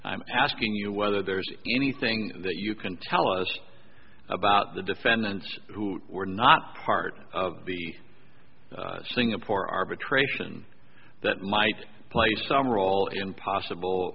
i'm asking you whether there's anything that you can tell us about the defendants who were not part of the singapore arbitration that might play some role in possible